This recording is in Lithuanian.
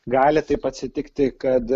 gali taip atsitikti kad